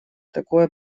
такое